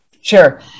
Sure